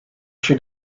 she